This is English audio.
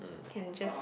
can just